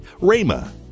RAMA